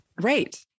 Right